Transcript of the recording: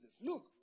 Look